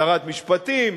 שרת משפטים,